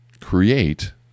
create